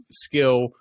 skill